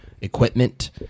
equipment